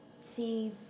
see